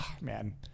man